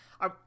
I-